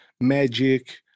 magic